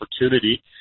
opportunity